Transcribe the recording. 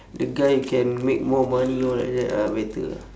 the guy who can make more money all like that ah better ah